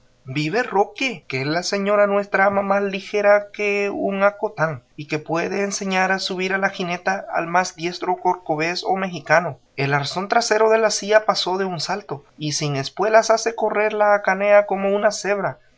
vive roque que es la señora nuestra ama más ligera que un acotán y que puede enseñar a subir a la jineta al más diestro cordobés o mejicano el arzón trasero de la silla pasó de un salto y sin espuelas hace correr la hacanea como una cebra